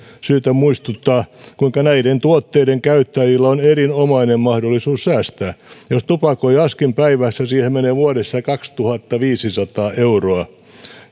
syytä muistuttaa kuinka näiden tuotteiden käyttäjillä on erinomainen mahdollisuus säästää jos tupakoi askin päivässä siihen menee vuodessa kaksituhattaviisisataa euroa